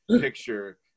picture